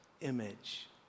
image